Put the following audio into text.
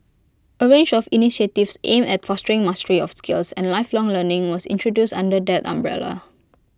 A range of initiatives aimed at fostering mastery of skills and lifelong learning was introduced under that umbrella